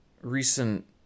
Recent